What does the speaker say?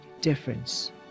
difference